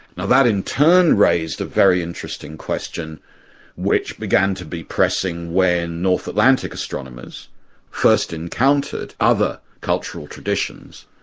now, that in turn raised a very interesting question which began to be pressing when north atlantic astronomers first encountered other cultural traditions,